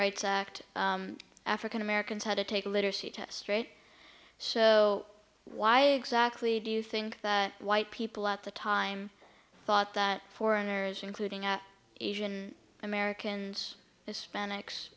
rights act african americans had to take a literacy test straight so why exactly do you think that white people at the time thought that foreigners including at asian americans hispanics